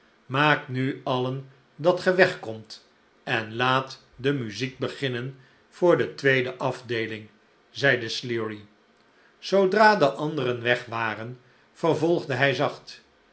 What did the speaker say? maakt nu alien dat ge wegkomt en laat de muziek beginnen voor de tweede afdeeling zeide sleary zoodra de anderen weg waren vervolgde hij zacht